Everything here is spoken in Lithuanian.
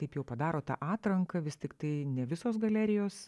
taip jau padaro tą atranką vis tiktai ne visos galerijos